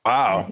Wow